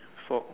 four